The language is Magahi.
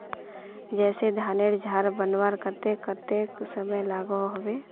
जैसे धानेर झार बनवार केते कतेक समय लागोहो होबे?